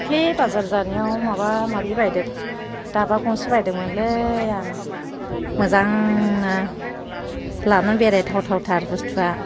दाख्लि बाजार जानायाव माबा माबि बायदों दाबा गंसे बायदोंमोनलै आं मोजांनो लाना बेराय थाव थावथार बुस्थुवा